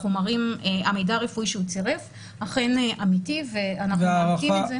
המידע הרפואי שהוא צירף אכן אמיתי ואנחנו מאמתים את זה.